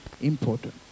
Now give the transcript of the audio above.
important